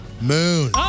Moon